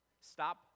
stop